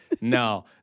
No